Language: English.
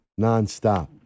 nonstop